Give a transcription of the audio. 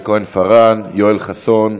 את לא יכולה, יעל כהן-פארן, יואל חסון,